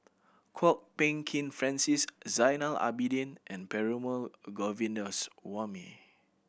Kwok Peng Kin Francis Zainal Abidin and Perumal Govindaswamy